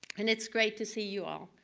and it is great to see you all.